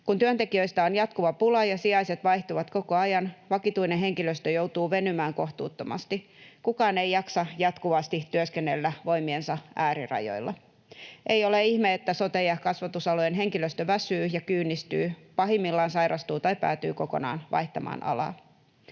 Kun työntekijöistä on jatkuva pula ja sijaiset vaihtuvat koko ajan, vakituinen henkilöstö joutuu venymään kohtuuttomasti. Kukaan ei jaksa jatkuvasti työskennellä voimiensa äärirajoilla. Ei ole ihme, että sote- ja kasvatusalojen henkilöstö väsyy ja kyynistyy, pahimmillaan sairastuu tai päätyy kokonaan vaihtamaan alaa.